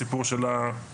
הסיפור של הפרה-רפואי,